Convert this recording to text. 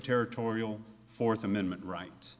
territorial fourth amendment rights